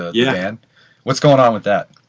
yeah what's going on with that?